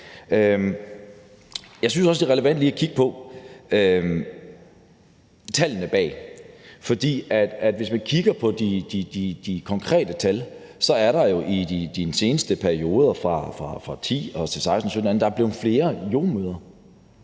Jeg synes også, det er relevant lige at kigge på tallene bag. Hvis man kigger på de konkrete tal, er der jo i perioden 2010-2018 kommet flere jordemødre,